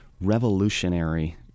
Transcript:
revolutionary